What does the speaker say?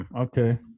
okay